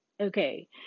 okay